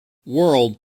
world